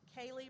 Kaylee